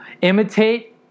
Imitate